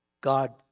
God